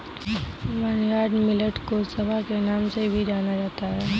barnyard millet को सांवा के नाम से भी जाना जाता है